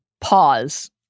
pause